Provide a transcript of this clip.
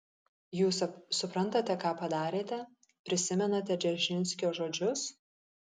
jūs suprantate ką padarėte prisimenate dzeržinskio žodžius